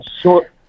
short